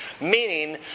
meaning